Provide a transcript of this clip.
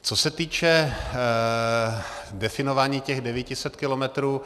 Co se týče definování těch 900 kilometrů.